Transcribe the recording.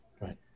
Right